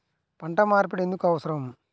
పంట మార్పిడి ఎందుకు అవసరం?